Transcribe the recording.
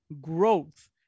growth